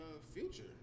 future